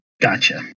Gotcha